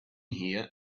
here